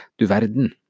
Duverden